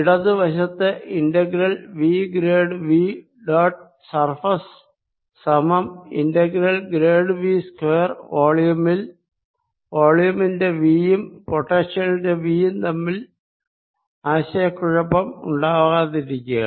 ഇടതു വശത്ത് integral V grade V dot surface സമം ഇന്റഗ്രൽ ഗ്രേഡ് V സ്ക്വയർ വോളിയുമിൽ വോളിയുമിന്റെ V യും പൊട്ടൻഷ്യലിന്റെ V യും തമ്മിൽ ആശയക്കുഴപ്പം ഉണ്ടാകാതിരിക്കുക